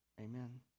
Amen